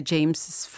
James's